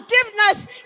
Forgiveness